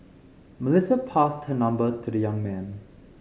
Melissa passed her number to the young man